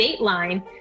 Dateline